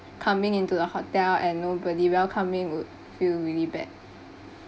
coming into the hotel and nobody welcoming would feel really bad